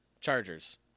Chargers